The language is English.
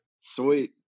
Sweet